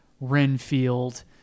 Renfield